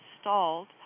stalled